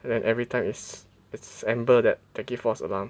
and then everytime is it's Amber that gives false alarm